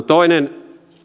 toinen